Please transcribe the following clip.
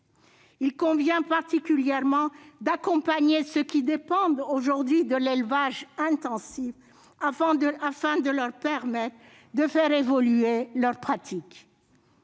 il convient particulièrement d'accompagner ceux qui dépendent aujourd'hui de l'élevage intensif, afin de leur permettre de faire évoluer leurs pratiques.